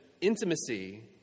intimacy